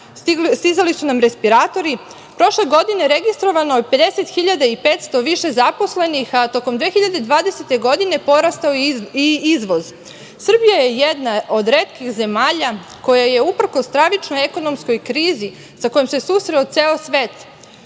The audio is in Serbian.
stizali su nam respiratori. Prošle godine registrovano je 50.500 više zaposlenih, a tokom 2020. godine porastao je i izvoz. Srbija je jedna od retkih zemalja koja je uprkos stravičnoj ekonomskoj krizi sa kojom se susreo ceo svet